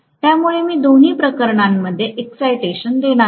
त्यामुळे मी दोन्ही प्रकरणांमध्ये एक्सायटेशन देणार आहे